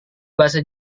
bahasa